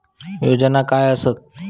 योजना काय आसत?